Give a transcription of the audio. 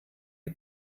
die